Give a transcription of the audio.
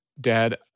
Dad